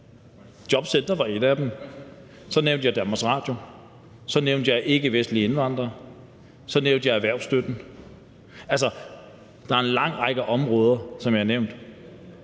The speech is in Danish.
jobcentrene var et af dem. Så nævnte jeg Danmarks Radio, så nævnte jeg ikkevestlige indvandrere, så nævnte jeg erhvervsstøtten. Altså, der er en lang række områder, som jeg har nævnt.